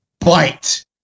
bite